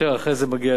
ואחרי זה זה מגיע אליכם,